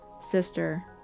sister